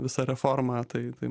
visą reformą tai tai